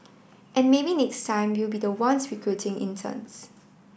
and maybe next time we'll be the ones recruiting interns